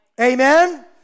Amen